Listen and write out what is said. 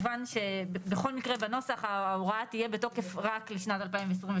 בכל מקרה ההוראה תהיה בתוקף רק לשנת 2022,